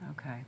Okay